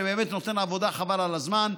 שבאמת נותן עבודה חבל על הזמן.